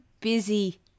busy